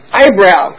eyebrow